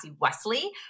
Wesley